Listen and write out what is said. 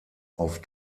auf